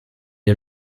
est